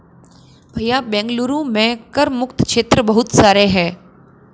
भैया बेंगलुरु में कर मुक्त क्षेत्र बहुत सारे हैं